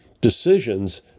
decisions